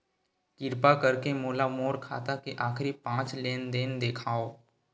किरपा करके मोला मोर खाता के आखिरी पांच लेन देन देखाव